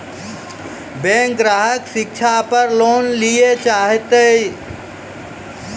Bank ग्राहक शिक्षा पार लोन लियेल चाहे ते?